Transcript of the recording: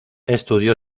estudió